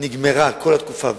נגמרה כל התקופה,